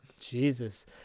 Jesus